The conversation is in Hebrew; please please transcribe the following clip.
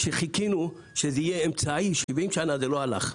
כשחיכינו שזה יהיה אמצעי, 70 שנה זה לא הלך.